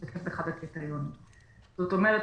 זאת אומרת,